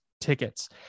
tickets